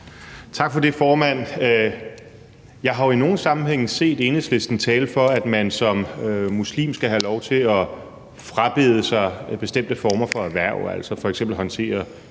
Tak for det, formand. Jeg har jo i nogle sammenhænge set Enhedslisten tale for, at man som muslim skal have lov til at frabede sig bestemte former for erhverv, f.eks. at håndtere